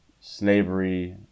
slavery